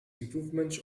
improvements